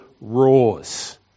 roars